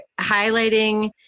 highlighting